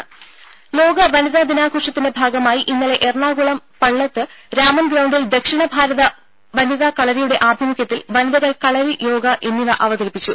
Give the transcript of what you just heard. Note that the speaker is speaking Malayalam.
രുര ലോക വനിതാ ദിനാഘോഷത്തിന്റെ ഭാഗമായി ഇന്നലെ എറണാകുളം പള്ളത്തു രാമൻ ഗ്രൌണ്ടിൽ ദക്ഷിണ ഭാരത വനിതാ കളരിയുടെ ആഭിമുഖ്യത്തിൽ വനിതകൾ കളരി യോഗ എന്നിവ അവതരിപ്പിച്ചു